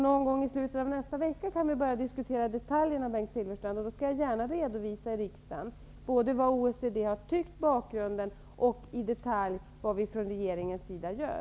Någon gång i slutet av nästa vecka kan vi börja diskutera detaljerna, Bengt Silfverstrand, och då skall jag gärna i riksdagen redovisa både bakgrunden till vad OECD har tyckt och i detalj vad regeringen gör.